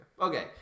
Okay